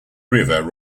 river